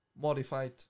modified